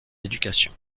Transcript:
éducation